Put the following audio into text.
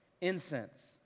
incense